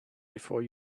before